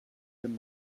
can